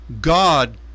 God